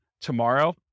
tomorrow